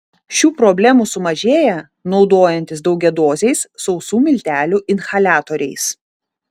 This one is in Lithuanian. šių problemų sumažėja naudojantis daugiadoziais sausų miltelių inhaliatoriais